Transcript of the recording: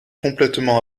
complètement